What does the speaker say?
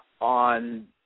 on